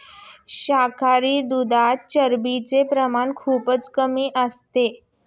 शाकाहारी दुधात चरबीचे प्रमाण खूपच कमी असते